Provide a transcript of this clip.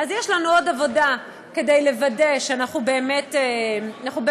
אז יש לנו עוד עבודה כדי לוודא שאנחנו באמת נוכל,